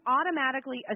automatically